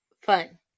fun